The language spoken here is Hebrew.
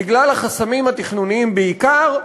בגלל החסמים התכנוניים בעיקר,